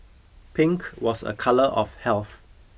pink was a colour of health